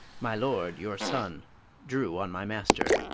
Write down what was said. my lord your son drew on my master.